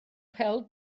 pêl